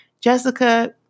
Jessica